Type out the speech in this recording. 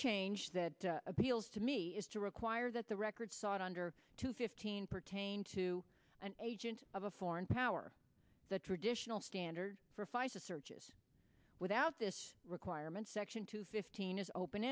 change that appeals to me is to require that the records sought under two fifteen pertain to an agent of a foreign power the traditional standard for feis of searches without this requirement section two fifteen is open